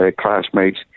classmates